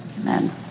Amen